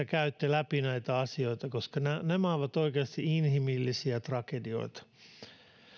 käytte läpi näitä asioita koska nämä ovat oikeasti inhimillisiä tragedioita